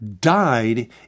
died